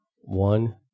one